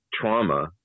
trauma